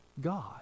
God